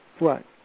Right